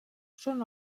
són